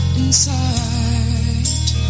inside